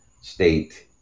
state